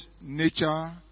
nature